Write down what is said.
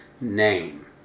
name